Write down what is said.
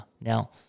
Now